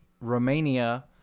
Romania